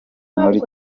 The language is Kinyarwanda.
muri